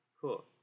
Cool